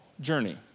journey